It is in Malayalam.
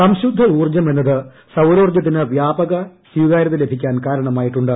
സംശുദ്ധ ഊർജം എന്നത് സൌരോർജത്തിന് വ്യാപക സ്വീകാരൃത ലഭിക്കാൻ കാരണമായിട്ടുണ്ട്